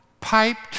piped